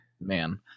Man